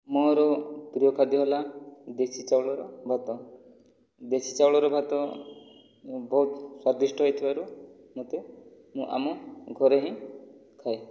ମୋର ପ୍ରିୟ ଖାଦ୍ୟ ହେଲା ଦେଶୀ ଚାଉଳର ଭାତ ଦେଶୀ ଚାଉଳର ଭାତ ବହୁତ ସ୍ୱାଦିଷ୍ଟ ହୋଇଥିବାରୁ ମୋତେ ମୁଁ ଆମ ଘରେ ହିଁ ଖାଏ